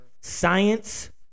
science